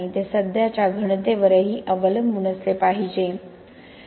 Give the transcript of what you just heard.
ते सध्याच्या घनतेवरही अवलंबून असले पाहिजे